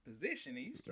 position